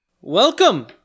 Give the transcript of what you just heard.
Welcome